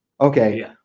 Okay